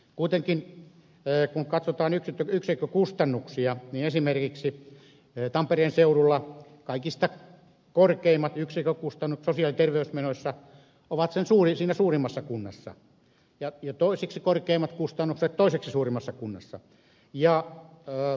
kuitenkin kun katsotaan yksikkökustannuksia niin esimerkiksi tampereen seudulla kaikista korkeimmat yksikkökustannukset sosiaali ja terveysmenoissa ovat siinä suurimmassa kunnassa ja toiseksi korkeimmat kustannukset toiseksi suurimmassa kunnassa